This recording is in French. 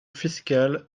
fiscale